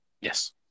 Yes